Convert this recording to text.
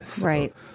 Right